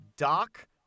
Doc